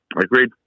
Agreed